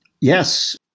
yes